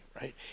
right